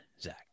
Zach